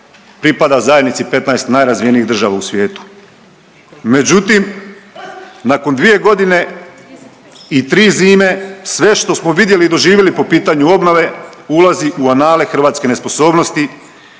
pripada zajednici 15 najrazvijenijih država u svijetu. Međutim, nakon 2 godine i 3 zime sve što smo vidjeli i doživjeli po pitanju obnove ulazi u anale hrvatske nesposobnosti,